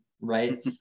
right